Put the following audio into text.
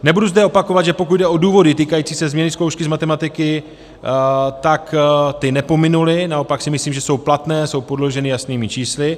Nebudu zde opakovat, že pokud jde o důvody týkající se změny zkoušky z matematiky, tak ty nepominuly, naopak si myslím, že jsou platné, jsou podloženy jasnými čísly.